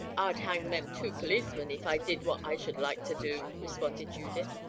i'd hang them two policemen, if i did what i should like to do, responded judith.